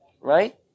right